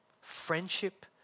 friendship